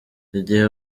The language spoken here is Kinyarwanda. igihe